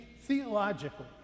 theologically